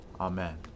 Amen